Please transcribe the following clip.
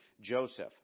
Joseph